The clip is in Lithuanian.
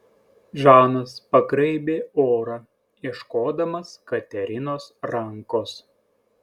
žanas pagraibė orą ieškodamas katerinos rankos